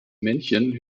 männchen